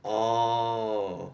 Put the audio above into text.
orh